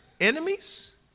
enemies